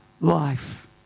life